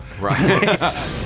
Right